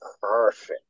perfect